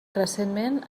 recentment